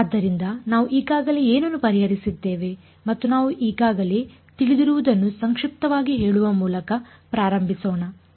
ಆದ್ದರಿಂದ ನಾವು ಈಗಾಗಲೇ ಏನನ್ನು ಪರಿಹರಿಸಿದ್ದೇವೆ ಮತ್ತು ನಾವು ಈಗಾಗಲೇ ತಿಳಿದಿರುವದನ್ನು ಸಂಕ್ಷಿಪ್ತವಾಗಿ ಹೇಳುವ ಮೂಲಕ ಪ್ರಾರಂಭಿಸೋಣ ಸರಿ